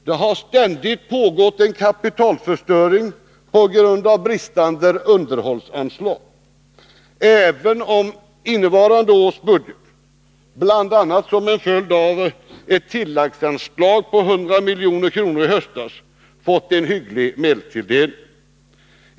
Det har ständigt pågått en kapitalförstöring på grund av bristande underhållsanslag, även om det beträffande innevarande års budget — bl.a. som en följd av ett tilläggsanslag på 100 milj.kr. i höstas — är en hygglig medelstilldelning.